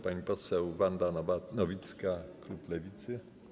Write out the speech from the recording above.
Pani poseł Wanda Nowicka, klub Lewicy.